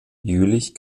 jülich